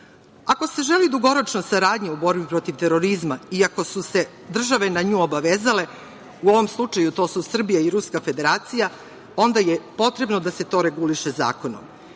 se želi dugoročna saradnja u borbi protiv terorizma i ako su se države na nju obavezale, u ovom slučaju to su Srbija i Ruska Federacija, onda je potrebno da se to reguliše zakonom. Verujem